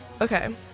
Okay